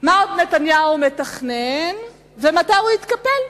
מה עוד נתניהו מתכנן ומתי הוא יתקפל.